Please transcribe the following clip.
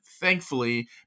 thankfully